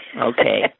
Okay